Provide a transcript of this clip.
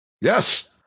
yes